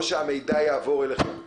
לא שהמידע יעבור אליכם,